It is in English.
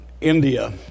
India